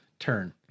turn